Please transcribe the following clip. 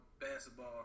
basketball